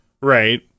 Right